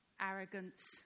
arrogance